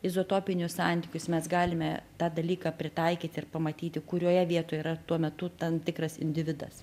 izotopinius santykius mes galime tą dalyką pritaikyti ir pamatyti kurioje vietoj yra tuo metu tam tikras individas